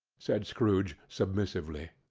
said scrooge submissively,